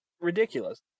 ridiculous